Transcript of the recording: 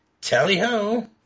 tally-ho